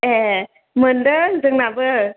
ए मोनदों जोंनाबो